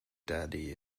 daddy